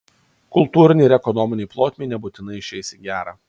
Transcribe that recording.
kultūrinei ir ekonominei plotmei nebūtinai išeis į gerą